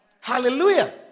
Hallelujah